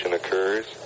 occurs